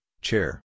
chair